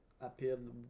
appeared